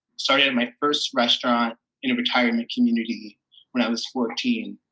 started at my first restaurant in a retirement community when i was fourteen.